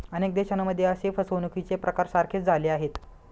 अनेक देशांमध्ये असे फसवणुकीचे प्रकार सारखेच झाले आहेत